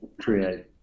create